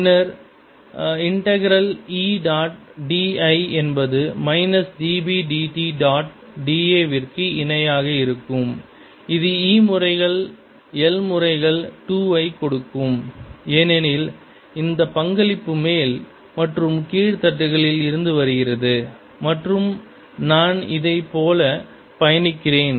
பின்னர் integral E dot d I என்பது minus d B d t dot d a விற்கு இணையாக இருக்கும் இது E முறைகள் L முறைகள் 2 ஐ கொடுக்கும் ஏனெனில் இந்த பங்களிப்பு மேல் மற்றும் கீழ் தட்டுகளில் இருந்து வருகிறது மற்றும் நான் இதைப்போல பயணிக்கிறேன்